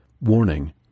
Warning